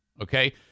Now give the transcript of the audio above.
Okay